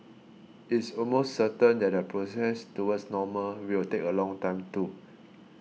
it's almost certain that the process towards normal will take a long time too